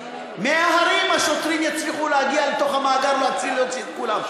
מההרים השוטרים יצליחו להגיע לתוך המאגר להתחיל להוציא את כולם.